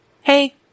hey